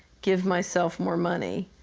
give myself more money,